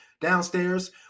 downstairs